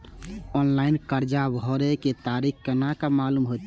Online कर्जा भरे के तारीख केना मालूम होते?